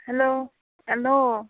hello hello